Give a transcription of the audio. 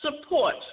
Support